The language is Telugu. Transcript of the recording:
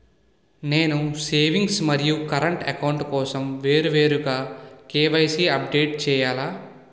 నేను సేవింగ్స్ మరియు కరెంట్ అకౌంట్ కోసం వేరువేరుగా కే.వై.సీ అప్డేట్ చేయాలా?